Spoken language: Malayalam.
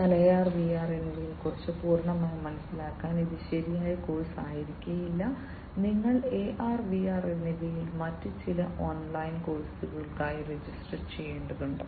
എന്നാൽ AR VR എന്നിവയെക്കുറിച്ച് പൂർണ്ണമായി മനസ്സിലാക്കാൻ ഇത് ശരിയായ കോഴ്സ് ആയിരിക്കില്ല നിങ്ങൾ AR VR എന്നിവയിൽ മറ്റ് ചില ഓൺലൈൻ കോഴ്സുകൾക്കായി രജിസ്റ്റർ ചെയ്യേണ്ടതുണ്ട്